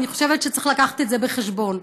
ואני חושבת שצריך להביא את זה בחשבון.